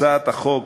הצעת החוק,